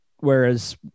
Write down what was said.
Whereas